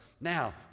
Now